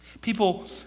People